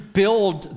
build